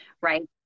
right